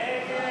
הצעת